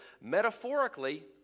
metaphorically